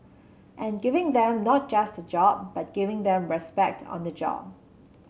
and giving them not just a job but giving them respect on the job